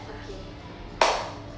okay